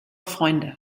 freunde